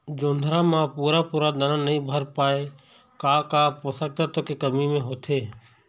जोंधरा म पूरा पूरा दाना नई भर पाए का का पोषक तत्व के कमी मे होथे?